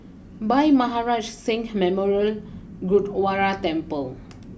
Bhai Maharaj Singh Memorial Gurdwara Temple